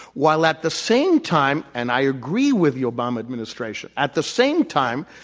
while at the same time and i agree with the obama administration at the same time,